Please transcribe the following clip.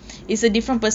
mm